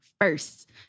first